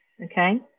Okay